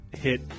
hit